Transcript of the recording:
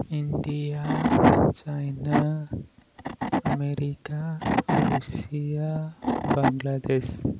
India China America Russia Bangladesh